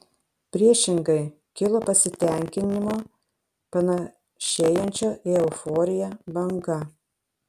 priešingai kilo pasitenkinimo panašėjančio į euforiją banga